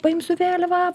paimsiu vėliavą